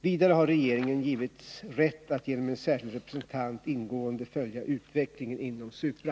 Vidare har punkt av vissa regeringen givits rätt att genom en särskild representant ingående följa företagsöverlåtelutvecklingen inom Supra.